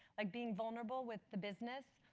like being vulnerable with the business.